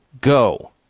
Go